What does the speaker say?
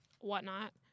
whatnot